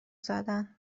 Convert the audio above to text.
زدن